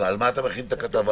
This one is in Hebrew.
על מה אתה מכין את הכתבה?